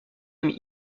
même